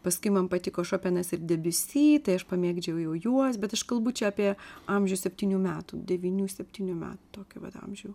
paskui man patiko šopenas ir debiusi tai aš pamėgdžiojau juos bet aš kalbu čia apie amžių septynių metų devynių septynių metų tokį vat amžių